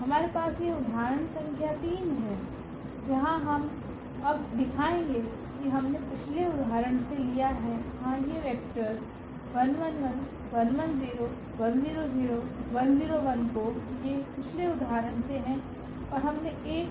हमारे पास यह उदाहरण संख्या 3 है जहां हम अब दिखाएंगे कि हमने पिछले उदाहरण से लिया है हां ये वेक्टर्स को ये पिछले उदाहरण से हैं और हमने एक और लिया है